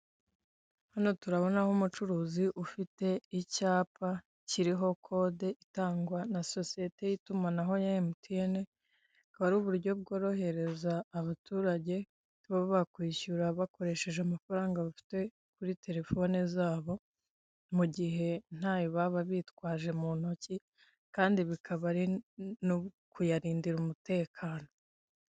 Hano turabonamo umucuruzi ufite icyapa kiriho kode itangwa na sosiyete y'itumanaho ya MTN, bukaba ari uburyo bworohereza abaturage kuba bakwishyura bakoresheje amafaranga bafite kuri telefone zabo mugihe ntayo baba bitwaje mu ntoki kandi bikaba ari no kuyarindira umutekano.